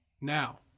Now